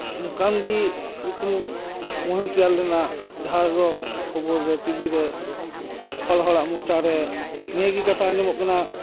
ᱚᱱᱠᱟᱱᱜᱮ ᱢᱤᱫᱴᱮᱱ ᱢᱩᱦᱤ ᱛᱮᱭᱟᱨ ᱞᱮᱱᱟ ᱡᱟᱦᱟᱸ ᱫᱚ ᱠᱷᱚᱵᱚᱨ ᱨᱮ ᱴᱤᱵᱤᱨᱮ ᱦᱚᱲ ᱦᱚᱲᱟᱜ ᱢᱚᱪᱟᱨᱮ ᱱᱤᱭᱟᱹᱜᱮ ᱠᱟᱛᱷᱟ ᱟᱸᱡᱚᱢᱚᱜ ᱠᱟᱱᱟ